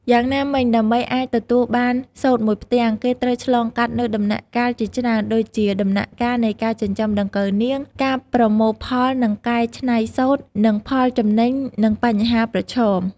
យ៉ាងណាមិញ ដើម្បីអាចទទួលបានសូត្រមួយផ្ទាំង គេត្រូវឆ្លងកាត់នូវដំណាក់កាលជាច្រើនដូចជា៖ ដំណាក់កាលនៃការចិញ្ចឹមដង្កូវនាង ការប្រមូលផលនិងកែច្នៃសូត្រ និងផលចំណេញនិងបញ្ហាប្រឈម។